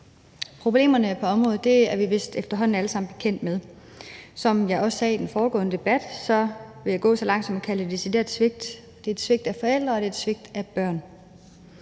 Problemerne på området er vi vist efterhånden alle sammen bekendt med. Som jeg også sagde i den foregående debat, vil jeg gå så langt som at kalde det et decideret